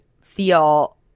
feel